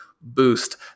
boost